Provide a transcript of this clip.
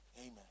Amen